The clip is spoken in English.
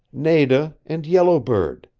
nada and yellow bird.